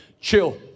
chill